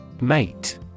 Mate